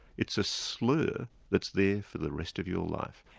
it's a slur that's there for the rest of your life.